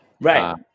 right